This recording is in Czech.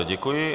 Děkuji.